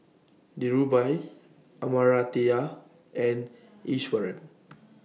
Dhirubhai Amartya and Iswaran